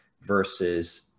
versus